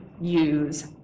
use